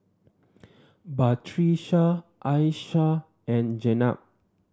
Batrisya Aishah and Jenab